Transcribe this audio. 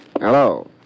Hello